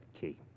key